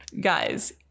Guys